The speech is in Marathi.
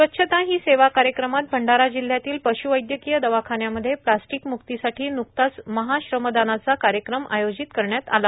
स्वच्छता ही सेवा कार्यक्रमांतर्गत भंडारा जिल्हयातील पश्वैद्यकीय दवाखान्यामध्ये प्लास्टीकम्क्तीसाठी न्कताच महाश्रमदानाचा कार्यक्रम आयोजित करण्यात आला